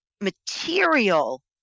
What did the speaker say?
material